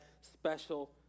special